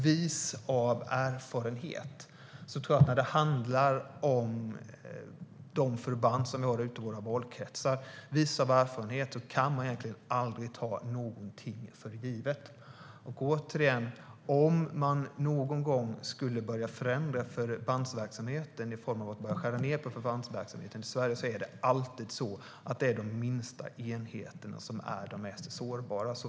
Vis av erfarenhet tror jag att man egentligen aldrig kan ta någonting för givet när det handlar om de förband vi har ute i våra valkretsar. Om man någon gång skulle börja förändra förbandsverksamheten i Sverige i form av att börja skära ned på den är det alltid de minsta enheterna som är de mest sårbara.